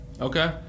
Okay